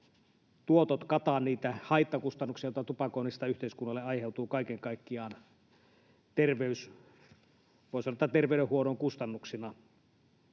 eivät kata niitä haittakustannuksia, joita tupakoinnista yhteiskunnalle aiheutuu kaiken kaikkiaan terveydenhuollon kustannuksina.